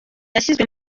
yashinzwe